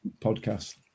podcast